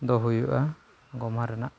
ᱫᱚ ᱦᱩᱭᱩᱜᱼᱟ ᱜᱚᱢᱦᱟ ᱨᱮᱱᱟᱜ